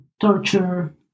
torture